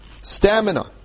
stamina